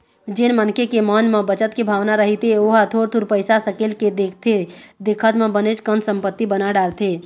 जेन मनखे के मन म बचत के भावना रहिथे ओहा थोर थोर पइसा सकेल के देखथे देखत म बनेच कन संपत्ति बना डारथे